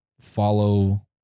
follow